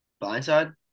Blindside